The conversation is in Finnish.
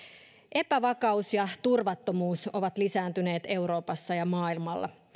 epävakaus ja turvattomuus ovat lisääntyneet euroopassa ja maailmalla